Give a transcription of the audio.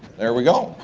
there we go,